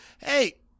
hey